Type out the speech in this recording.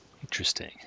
Interesting